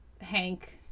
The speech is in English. hank